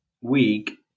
week